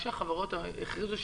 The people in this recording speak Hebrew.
מה שהחברות הכריזו,